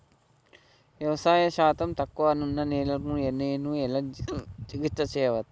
రసాయన శాతం తక్కువ ఉన్న నేలను నేను ఎలా చికిత్స చేయచ్చు?